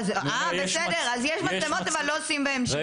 אז יש מצלמות אבל לא עושים בהן שימוש?